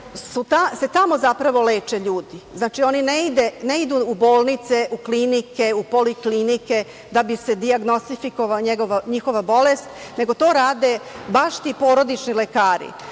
se tamo, zapravo, leče ljudi. Znači, oni ne idu u bolnice, u klinike, u poliklinike da bi se dijagnostifikovala njihova bolest, nego to rade baš ti porodični lekari.